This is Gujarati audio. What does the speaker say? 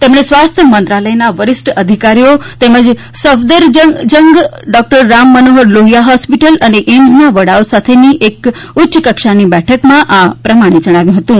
તેમણે સ્વાસ્થ્ય મંત્રાલયના વરિષ્ઠ અધિકારીઓ તેમજ સફદરજંગ ડોક્ટર રામ મનોહર લોહીયા હોસ્પિટલ અને એઇમ્સના વડાઓ સાથેની એક ઉચ્ય કક્ષાની બેઠકમાં આ પ્રમાણે જણાવ્યુ હતું